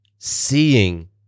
seeing